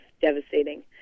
devastating